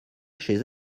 chez